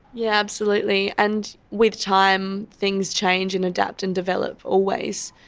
yeah absolutely, and with time things change and adapt and develop always.